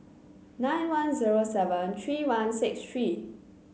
nine one zero seven three one six three